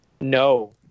No